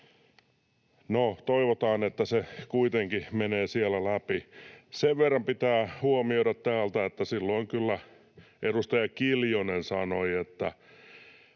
toivotaan, että se kuitenkin menee siellä läpi. Sen verran pitää huomioida täältä, että silloin kyllä edustaja Kiljunen sanoi: ”Mutta